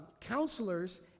counselors